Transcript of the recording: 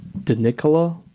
DeNicola